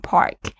Park